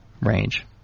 range